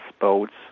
boats